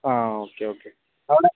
ആ okay okay അവിടെ